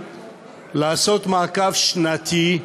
לעשות מעקב שנתי,